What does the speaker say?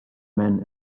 men